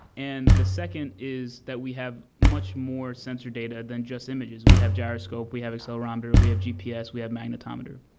and the second is that we have much more sensor data than just images. we have gyroscope. we have accelerometer. we have gps. we have magnetometer,